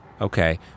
okay